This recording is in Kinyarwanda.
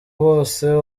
bose